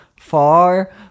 far